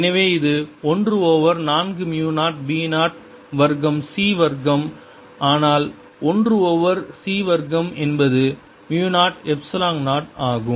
எனவே இது ஒன்று ஓவர் நான்கு மு 0 b 0 வர்க்கம் c வர்க்கம் ஆனால் ஒன்று ஓவர் c வர்க்கம் என்பது மு 0 எப்சிலான் 0 ஆகும்